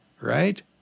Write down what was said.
Right